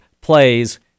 plays